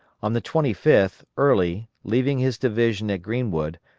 on the twenty fifth, early, leaving his division at greenwood,